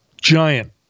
giant